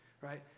right